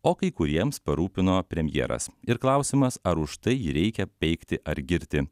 o kai kuriems parūpino premjeras ir klausiamas ar už tai reikia peikti ar girti